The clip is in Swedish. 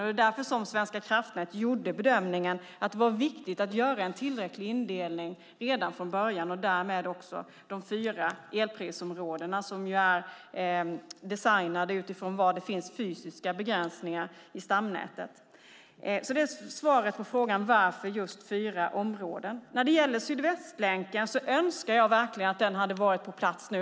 Det är därför som Svenska kraftnät gjorde bedömningen att det var viktigt att göra en tillräcklig indelning redan från början och därmed de fyra elprisområdena som är designade utifrån var det finns fysiska begränsningar i stamnätet. Det är alltså svaret på frågan varför det är just fyra områden. När det gäller Sydvästlänken önskar jag verkligen att den hade varit på plats nu.